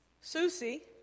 Susie